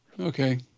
Okay